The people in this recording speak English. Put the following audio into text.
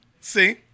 See